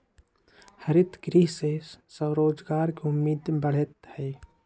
हरितगृह से स्वरोजगार के उम्मीद बढ़ते हई